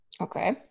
okay